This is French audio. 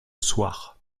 soir